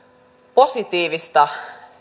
positiivista